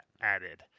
added